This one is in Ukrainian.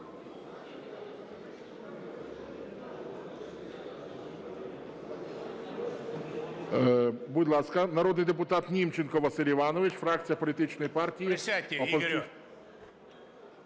народний депутат Німченко Василь Іванович, фракція політичної партії…